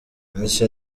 nahise